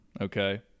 Okay